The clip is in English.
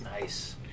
Nice